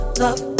love